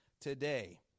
today